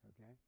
Okay